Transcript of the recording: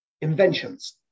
Inventions